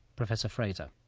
professor frazer?